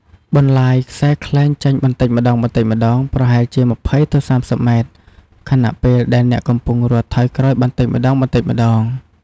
បណ្លាយខ្សែខ្លែងចេញបន្តិចម្តងៗ ប្រហែលជា ២០ ទៅ ៣០ ម៉ែត្រ ខណៈពេលដែលអ្នកកំពុងរត់ថយក្រោយបន្តិចម្តងៗ។